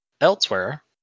elsewhere